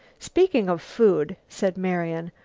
speaking of food, said marian,